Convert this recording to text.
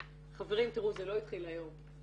חברים, תראו, זה לא התחיל היום.